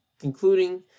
concluding